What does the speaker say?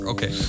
Okay